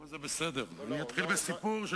אבל זה בסדר, אני אתחיל בסיפור.